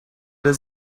his